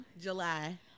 July